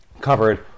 covered